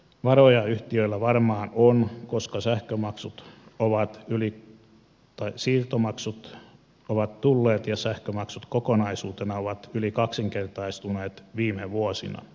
varoja yhtiöillä varmaan on koska siirtomaksut ovat tulleet ja sähkömaksut kokonaisuutena ovat yli kaksinkertaistuneet viime vuosina